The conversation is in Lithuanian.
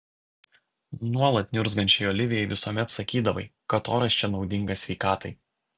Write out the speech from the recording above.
nuolat niurzgančiai olivijai visuomet sakydavai kad oras čia naudingas sveikatai